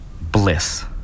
bliss